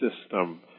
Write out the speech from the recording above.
system